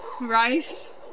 Right